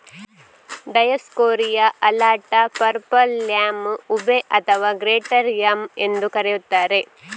Dioscorea alata, purple yam, ube ಅಥವಾ greater yam ಎಂದೂ ಕರೆಯುತ್ತಾರೆ